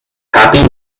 happy